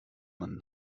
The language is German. man